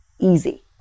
easy